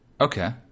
Okay